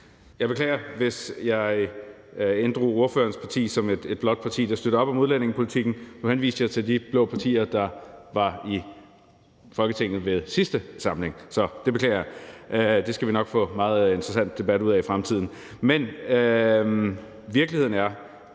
Jeg beklager, hvis jeg inddrog ordførerens parti som et blåt parti, der støtter op om udlændingepolitikken. Nu henviste jeg til de blå partier, der var i Folketinget i sidste samling. Så det beklager jeg. Det skal vi nok få en meget interessant debat ud af i fremtiden. Men virkeligheden er: